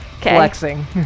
flexing